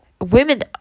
women